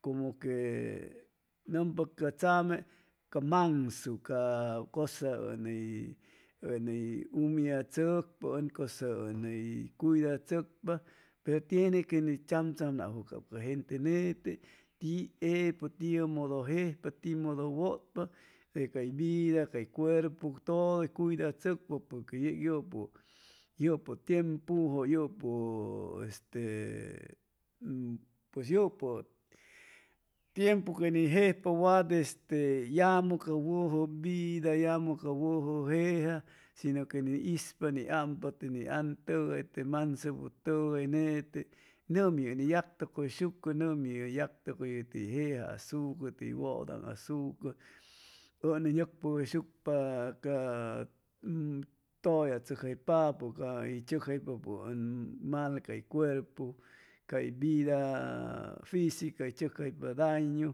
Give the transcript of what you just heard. Como que nʉmpa ca tzame ca manzu ca cʉsa ʉni humallachʉcpa ʉn cʉsa ʉn hʉy cuidachʉcpa pero tiene que ni tzamtzamnajwʉ cap ca gente nete tiepʉ tiʉmodo jejpa timodo wʉtpa hʉy cay vida cay cuerpu todo hʉy cuidachʉcpa porque yeg yʉpʉ tiempujʉ yʉpʉ este pues yʉpʉ tiempu que ni jejpa wat este llamʉ ca wʉjʉ vida llamʉ ca wʉjʉ jeja shinʉ que ni ispa ni ampa te ni antʉgay te mansebutʉgay nete nʉmi yactʉcʉyshucʉ nʉmi hʉy yactʉcʉyʉ tey jeja asucʉ tey wʉdaŋ asucʉ ʉn hʉ nʉcpʉgʉyshucpaca tʉlla tzʉcjaypapʉ cay tzʉcjaypapʉ ʉn mal cay cuerpu cay vida fisica hʉy tzʉcjaypa dañu